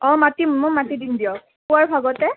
অঁ মাতিম মই মাতি দিম দিয়ক পুৱাৰ ভাগতে